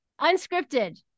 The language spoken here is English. unscripted